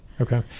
okay